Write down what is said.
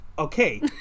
Okay